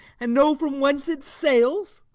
and know from whence it sails?